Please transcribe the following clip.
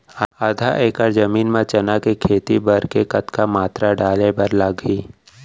आधा एकड़ जमीन मा चना के खेती बर के कतका मात्रा डाले बर लागही?